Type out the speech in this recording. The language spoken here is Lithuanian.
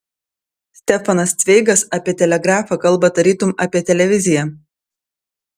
stefanas cveigas apie telegrafą kalba tarytum apie televiziją